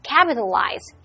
Capitalize